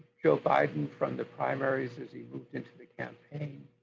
joe biden from the primaries as he moved into the campaign,